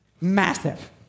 Massive